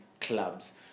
clubs